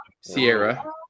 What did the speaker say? Sierra